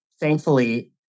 thankfully